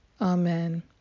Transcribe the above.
amen